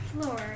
Floor